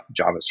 javascript